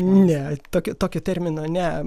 ne tokie tokį terminą ne